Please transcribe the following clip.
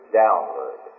downward